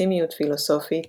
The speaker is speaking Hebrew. פסימיות פילוסופית